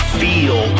feel